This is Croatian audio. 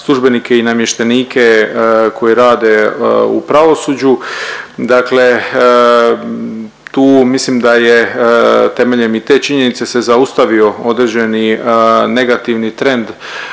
i namještenike koji rade u pravosuđu, dakle tu mislim da je temeljem i te činjenice se zaustavio određeni negativni trend